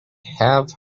have